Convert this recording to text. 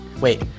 Wait